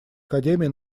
академия